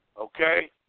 Okay